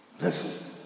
Listen